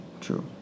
True